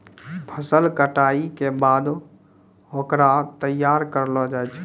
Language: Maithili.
फसल कटाई के बाद होकरा तैयार करलो जाय छै